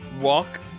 walk